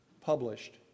published